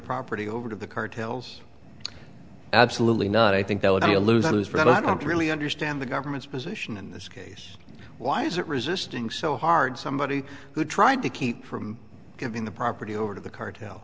property over to the cartels absolutely not i think that would be a lose lose for i don't really understand the government's position in this case why is it resisting so hard somebody who tried to keep from giving the property over to the car